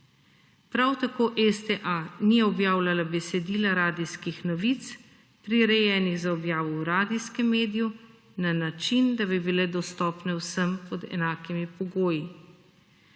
Prav tako STA ni objavljala besedila radijskih novic prirejenih za objavo v radijskem mediju na način, da bi bile dostopne vsem pod enakimi pogoji.